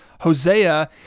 Hosea